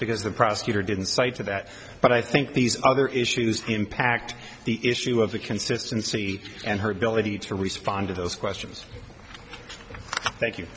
because the prosecutor didn't cite to that but i think these other issues impact the issue of the consistency and her ability to respond to those questions thank you